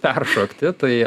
peršokti tai